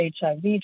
HIV